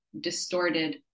distorted